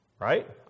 right